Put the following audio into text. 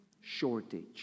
shortage